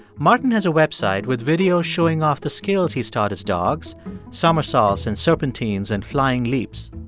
martin has a website with videos showing off the skills he's taught his dogs somersaults and serpentines and flying leaps.